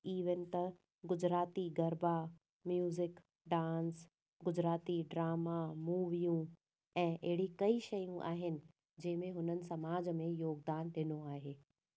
even त Gujarati garba music dance Gujarati drama मूवियूं ऐं अहिड़ियूं कई शयूं आहिनि जंहिंमें उन्हनि समाज में योगदान ॾिनो आहे